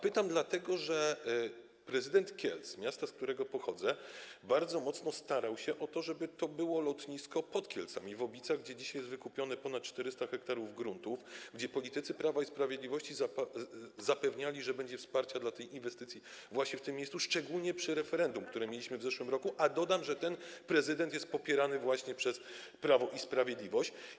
Pytam, dlatego że prezydent Kielc, miasta, z którego pochodzę, bardzo mocno starał się o to, żeby lotnisko było pod Kielcami, w Obicach, gdzie dzisiaj jest wykupione ponad 400 ha gruntu, a politycy Prawa i Sprawiedliwości zapewniali, że będzie wsparcie dla tej inwestycji w tym miejscu, szczególnie przy okazji referendum, które mieliśmy w zeszłym roku, a dodam, że ten prezydent jest popierany przez Prawo i Sprawiedliwość.